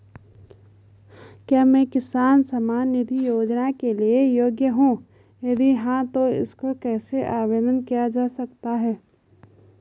क्या मैं किसान सम्मान निधि योजना के लिए योग्य हूँ यदि हाँ तो इसको कैसे आवेदन किया जा सकता है?